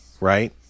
right